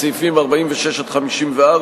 סעיפים 46 54,